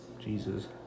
Jesus